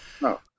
no